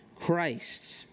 Christ